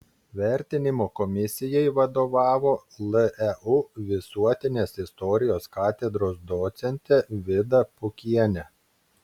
vertinimo komisijai vadovavo leu visuotinės istorijos katedros docentė vida pukienė